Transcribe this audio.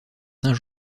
saint